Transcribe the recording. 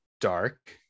dark